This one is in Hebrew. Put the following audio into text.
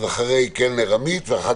קל וחומר אלימות פיזית ומינית וכן